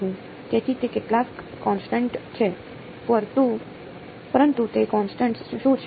તેથી તે કેટલાક કોન્સટન્ટ છે પરંતુ તે કોન્સટન્ટ શું છે